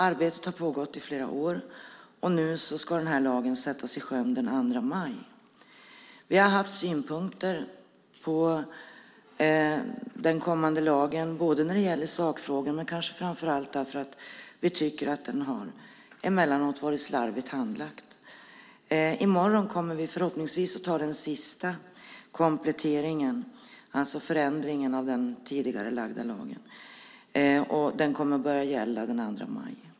Arbetet har pågått i flera år, och nu ska denna lag sättas i sjön den 2 maj. Vi har haft synpunkter på den kommande lagen när det gäller sakfrågorna, men kanske framför allt för att vi tycker att den emellanåt varit slarvigt handlagd. I morgon kommer vi förhoppningsvis att anta den sista kompletteringen, alltså förändringen, av den tidigare lagen, och den kommer att börja gälla den 2 maj.